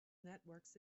networks